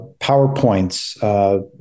PowerPoints